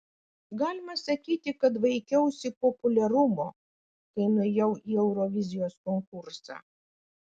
galima sakyti kad vaikiausi populiarumo kai nuėjau į eurovizijos konkursą